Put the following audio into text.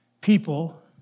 people